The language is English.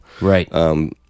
right